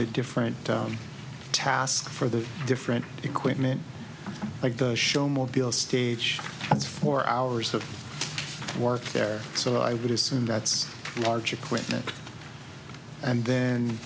the different tasks for the different equipment like the show more bills stage four hours of work there so i would assume that's large equipment and then